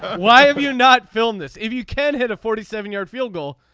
why have you not film this if you can hit a forty seven yard field goal.